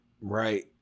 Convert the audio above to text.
right